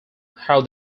how